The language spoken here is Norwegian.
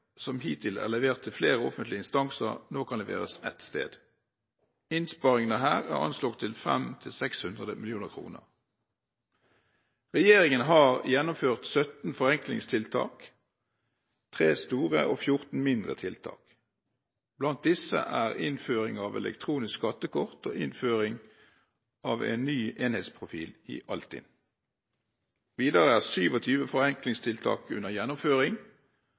som hittil er levert til flere offentlige instanser, nå kan leveres ett sted. Innsparingene er anslått til 500–600 mill. kr. Regjeringen har gjennomført 17 forenklingstiltak – 3 store og 14 mindre tiltak. Blant disse er innføring av elektronisk skattekort og innføring av ny enhetsprofil i Altinn. Videre er 27 forenklingstiltak under gjennomføring,